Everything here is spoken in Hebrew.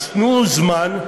אז תנו זמן.